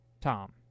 Tom